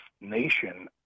nation